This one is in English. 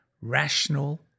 rational